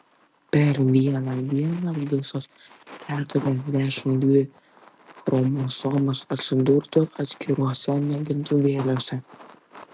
per vieną dieną visos keturiasdešimt dvi chromosomos atsidurtų atskiruose mėgintuvėliuose